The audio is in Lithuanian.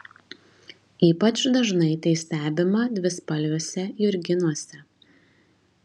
ypač dažnai tai stebima dvispalviuose jurginuose